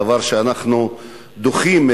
דבר שאנחנו דוחים,